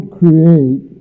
create